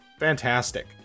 Fantastic